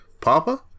papa